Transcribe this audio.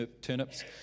turnips